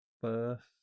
first